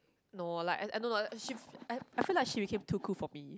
no like I I don't know she I I feel like she became too cool for me